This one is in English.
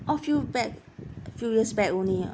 oh few back few years back only ah